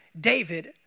David